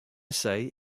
say